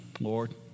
Lord